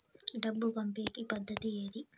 డబ్బు పంపేకి పద్దతి ఏది